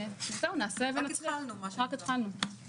רק התחלנו, נעלה ונצליח.